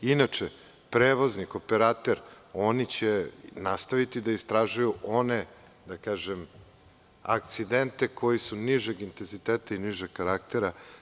Inače, prevoznik, operater, oni će nastaviti da istražuju one akcidente koji su nižeg intenziteta i nižeg karaktera.